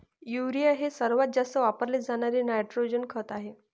urea हे सर्वात जास्त वापरले जाणारे नायट्रोजन खत आहे